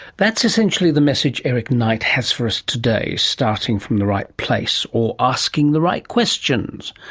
that's essentially the message eric knight has for us today, starting from the right place, or asking the right questions,